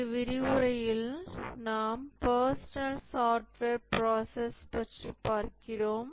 இந்த விரிவுரையில் நாம் பர்சனல் சாஃப்ட்வேர் ப்ராசஸ்பற்றி பார்க்கிறோம்